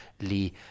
lee